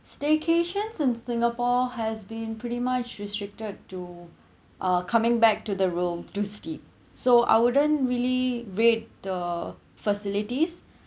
staycations in singapore has been pretty much restricted to uh coming back to the room do skip so I wouldn't really read the facilities